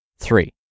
Three